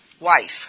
wife